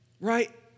Right